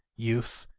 use,